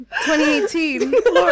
2018